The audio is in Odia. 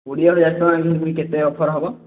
କୋଡ଼ିଏରୁ ବାଇଶି ଫୁଣି କେତେ ଅଫର ହେବ